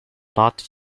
not